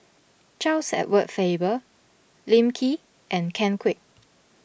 Charles Edward Faber Lim Kee and Ken Kwek